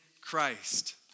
Christ